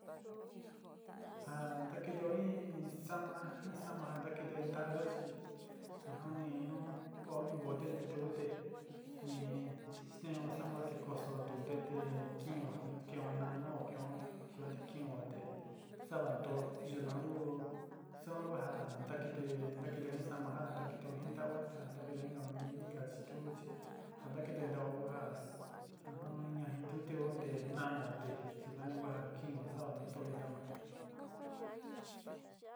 Ja ntakitío in sáama in sáama ja ka kitío ntáyo chi ja jan ninu oó in bote ntute un te ni sten'ó sa'amao te kosoó ntute te kin'ó kin'ó nama kin'ó yuan te kin'ó te sáva ntoó yukán kú suan ku ja ntakiti ntakituo in saáma ja ntakitío jin ntaó te ja ntakitío inka inka chi tú chi ja ntakiti nta'ó ku ja jajann ña jin ntute un te námao te yukani ku ja kin'ó sa'ava na ntoó in sáma.